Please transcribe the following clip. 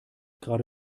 gerade